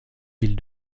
ville